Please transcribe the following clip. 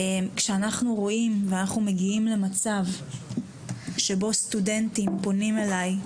כשאנחנו רואים ואנחנו מגיעים למצב שבו סטודנטים פונים אליי,